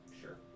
Sure